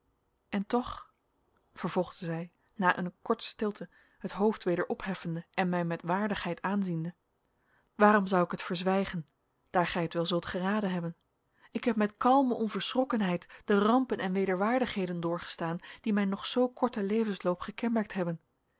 en toch vervolgde zij na eene korte stilte het hoofd weder opheffende en mij met waardigheid aanziende waarom zou ik het verzwijgen daar gij het wel zult geraden hebben ik heb met kalme onverschrokkenheid de rampen en wederwaardigheden doorgestaan die mijn nog zoo korten levensloop gekenmerkt hebben